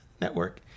network